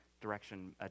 direction